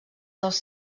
dels